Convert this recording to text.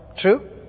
True